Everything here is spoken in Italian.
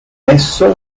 esso